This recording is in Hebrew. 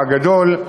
הגדול,